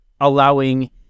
allowing